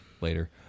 later